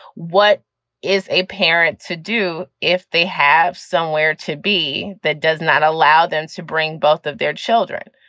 what is a parent to do if they have somewhere to be that does not allow them to bring both of their children,